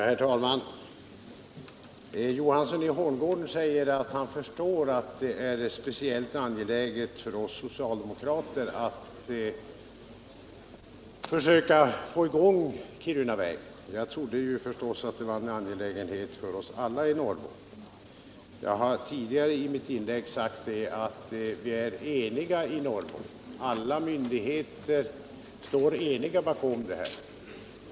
Herr talman! Herr Johansson i Holmgården säger att han förstår att det är särskilt angeläget för oss socialdemokrater att försöka få i gång Kirunavägen. Jag trodde givetvis att det var en angelägenhet för oss alla i Norrbotten. I mitt tidigare inlägg har jag sagt att vi är eniga i Norrbotten. Alla myndigheter står eniga bakom detta.